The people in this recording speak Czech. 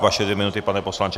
Vaše dvě minuty, pane poslanče.